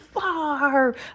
far